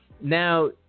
now